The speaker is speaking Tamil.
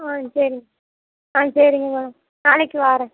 ஆ சரி ஆ சரிங்க மேடம் நாளைக்கு வரேன்